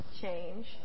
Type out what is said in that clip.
change